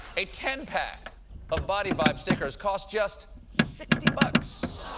a ten-pack of body vibe stickers costs just sixty bucks.